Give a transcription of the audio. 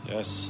Yes